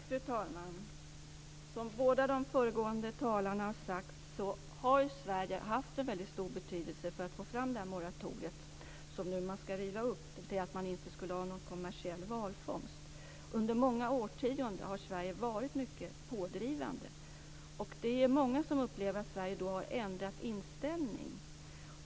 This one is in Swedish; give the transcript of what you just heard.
Fru talman! Som båda de föregående talarna har sagt har Sverige haft en mycket stor betydelse för att få fram det moratorium som man nu skall riva upp, dvs. att man inte skulle ha någon kommersiell valfångst. Under många årtionden har Sverige varit mycket pådrivande, och det är många som upplever att Sverige har ändrat inställning.